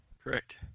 Correct